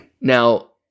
Now